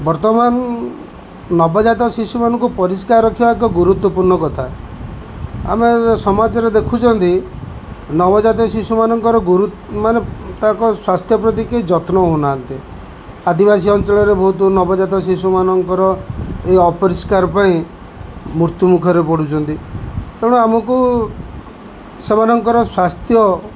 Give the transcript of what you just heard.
ବର୍ତ୍ତମାନ ନବଜାତ ଶିଶୁମାନଙ୍କୁ ପରିଷ୍କାର ରଖିବା ଏକ ଗୁରୁତ୍ୱପୂର୍ଣ୍ଣ କଥା ଆମେ ସମାଜରେ ଦେଖୁଛନ୍ତି ନବଜାତ ଶିଶୁମାନଙ୍କର ମାନେ ତାଙ୍କ ସ୍ୱାସ୍ଥ୍ୟ ପ୍ରତି କେହି ଯତ୍ନ ହଉନାହାନ୍ତି ଆଦିବାସୀ ଅଞ୍ଚଳରେ ବହୁତ ନବଜାତ ଶିଶୁମାନଙ୍କର ଏ ଅପରିଷ୍କାର ପାଇଁ ମୃତ୍ୟୁ ମୁଖରେ ପଡ଼ୁଛନ୍ତି ତେଣୁ ଆମକୁ ସେମାନଙ୍କର ସ୍ୱାସ୍ଥ୍ୟ